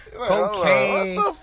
Cocaine